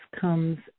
comes